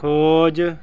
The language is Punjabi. ਖੋਜ